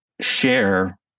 share